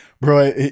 bro